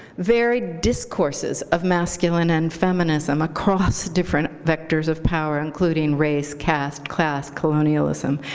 varied discourses of masculine and feminism across different vectors of power, including race, caste, class, colonialism,